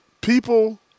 people